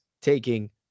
taking